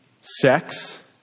sex